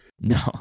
No